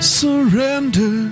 surrender